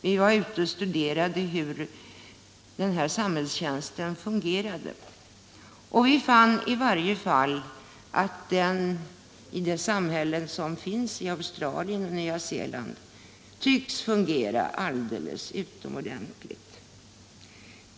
Vi studerade hur samhällstjänsten fungerade. Och vi fann att den i varje fall i det samhälle som finns i Australien och på Nya Zeeland tycks fungera alldeles utomordentligt.